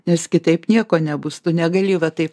nes kitaip nieko nebus tu negali va taip